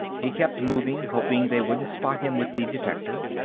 he kept moving, hoping they wouldn't spot him with the detector.